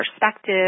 perspective